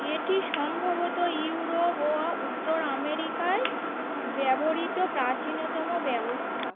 এটি সম্ভবত ইউরোপ ও উত্তর আমেরিকায় ব্যবহৃত প্রাচীনতম ব্যবস্থা